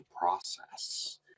process